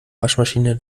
waschmaschine